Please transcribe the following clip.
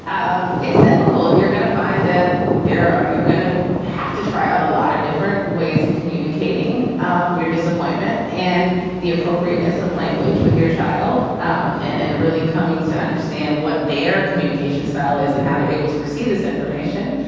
um it's difficult and you're gonna find that there you're going to have to try out a lot of different ways of communicating um your disappointment and the appropriateness of language with your child um and and really coming to understand what their communication style is and how they're able to receive this information.